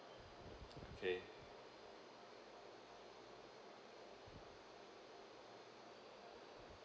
okay